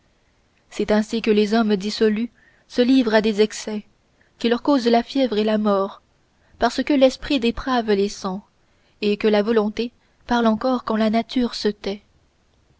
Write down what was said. c'est ainsi que les hommes dissolus se livrent à des excès qui leur causent la fièvre et la mort parce que l'esprit déprave les sens et que la volonté parle encore quand la nature se tait